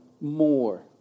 more